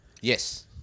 Yes